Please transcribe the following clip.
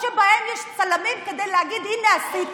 חברה שלה מהמפלגה שנמצאת בסיטואציה הלא-נעימה הזו.